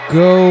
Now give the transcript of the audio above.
go